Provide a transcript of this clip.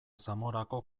zamorako